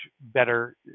better